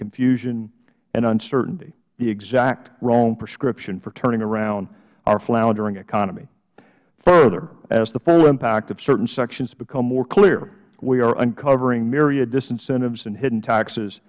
confusion and uncertainty the exact wrong prescription for turning around our floundering economy further as the full impact of certain sections become more clear we are uncovering myriad disincentives and hidden taxes